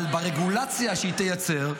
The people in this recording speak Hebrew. ברגולציה שהיא תייצר,